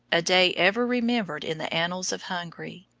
a day ever remembered in the annals of hungary.